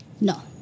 No